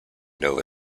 nova